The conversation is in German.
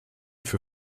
für